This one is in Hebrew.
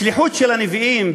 השליחות של הנביאים,